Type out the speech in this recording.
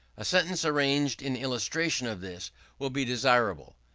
a sentence arranged in illustration of this will be desirable.